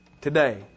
today